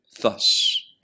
thus